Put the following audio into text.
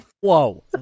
Whoa